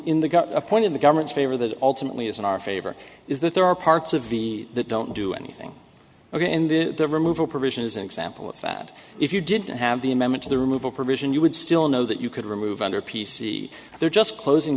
in the got a point in the government's favor that ultimately is in our favor is that there are parts of the that don't do anything ok in the removal provision is an example of that if you didn't have the amendment to the removal provision you would still know that you could remove under p c they're just closing